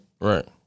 Right